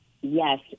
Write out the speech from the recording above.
Yes